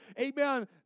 Amen